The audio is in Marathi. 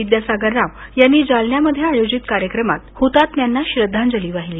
विद्यासागर राव यांनी जालन्यामध्ये आयोजित कार्यक्रमात हुतात्म्यांना श्रद्वांजली वाहिली